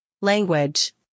language